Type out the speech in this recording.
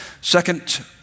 Second